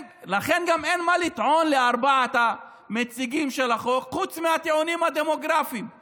לכן גם אין לארבעת המציגים של החוק מה לטעון חוץ מהטיעונים הדמוגרפיים,